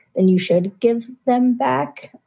then you should give them back.